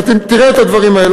אתה תראה את הדברים האלה.